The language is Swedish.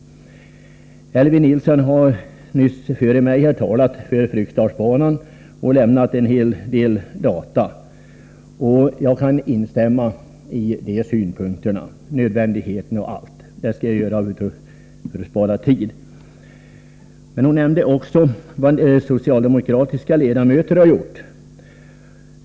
Elvy Nilsson har nyss talat för Fryksdalsbanan och lämnat en hel del data, och jag kan för att spara tid instämma i hennes synpunkter på nödvändigheten osv. Men Elvy Nilsson nämnde också vad socialdemokratiska ledamöter har gjort.